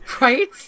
Right